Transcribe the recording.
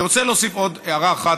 אני רוצה להוסיף עוד הערה אחת,